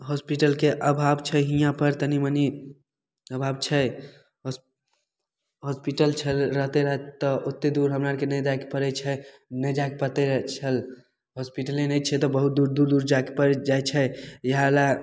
होस्पिटलके अभाव छै हीयाँपर तनी मनी अभाव छै होस होस्पिटल छल रहतै रहए तऽ ओतेक दूर हमराआरके नहि जाइके पड़ैत छै नहि जाइके पड़तै रए छल होस्पिटले नहि छै तऽ बहुत दूर दूर दूर जाइ जाइके पड़ैत छै इहए लए